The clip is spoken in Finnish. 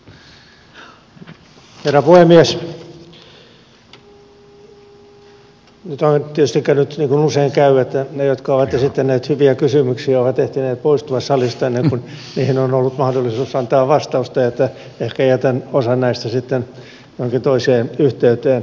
nyt on tietysti käynyt niin kuin usein käy että ne jotka ovat esittäneet hyviä kysymyksiä ovat ehtineet poistua salista ennen kuin niihin on ollut mahdollisuus antaa vastausta niin että ehkä jätän osan näistä sitten johonkin toiseen yhteyteen